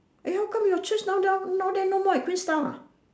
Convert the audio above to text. eh how come your church now now then no more at queenstown ah